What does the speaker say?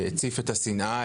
הציף את השנאה,